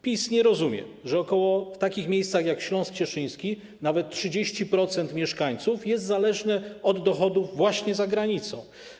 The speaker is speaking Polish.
PiS nie rozumie, że w takich miejscach jak Śląsk Cieszyński nawet 30% mieszkańców jest zależnych od dochodów właśnie za granicą.